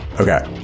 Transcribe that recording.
Okay